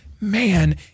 man